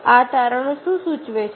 આ તારણો શું સૂચવે છે